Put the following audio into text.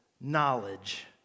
knowledge